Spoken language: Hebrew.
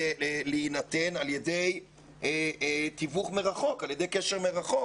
להינתן על ידי תיווך מרחוק או על ידי קשר מרחוק.